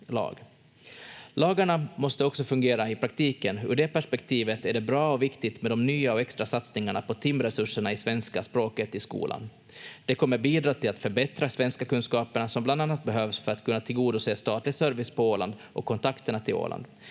Lagarna måste också fungera i praktiken. Ur det perspektivet är det bra och viktigt med de nya och extra satsningarna på timresurserna i svenska språket i skolan. Det kommer bidra till att förbättra svenskakunskaperna, som bland annat behövs för att kunna tillgodose statlig service på Åland och kontakterna till Åland.